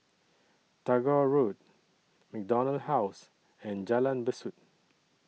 Tagore Road MacDonald House and Jalan Besut